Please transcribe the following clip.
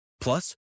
Plus